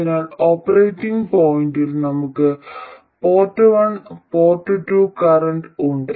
അതിനാൽ ഓപ്പറേറ്റിംഗ് പോയിന്റിൽ നമുക്ക് port one port two current ഉണ്ട്